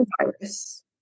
virus